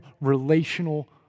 relational